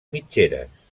mitgeres